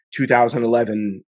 2011